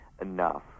enough